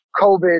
COVID